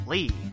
Lee